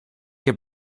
heb